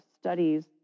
studies